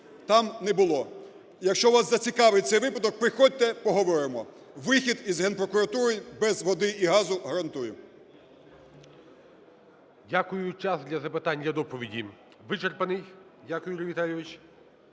там не було. Якщо вас зацікавить цей випадок, приходьте, поговоримо. Вихід із Генпрокуратури без води і газу гарантую. ГОЛОВУЮЧИЙ. Дякую. Час, для запитань, для доповіді, вичерпаний. Дякую, Юрій Віталійович.